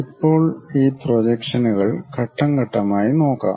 ഇപ്പോൾ ഈ പ്രൊജക്ഷനുകൾ ഘട്ടം ഘട്ടമായി നോക്കാം